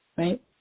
right